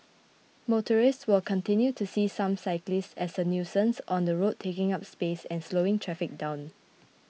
motorists will continue to see some cyclists as a nuisance on the road taking up space and slowing traffic down